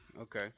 okay